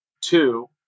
Two